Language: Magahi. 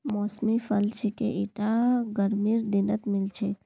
मौसमी फल छिके ईटा गर्मीर दिनत मिल छेक